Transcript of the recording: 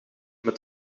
met